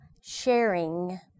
sharing